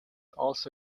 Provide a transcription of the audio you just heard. also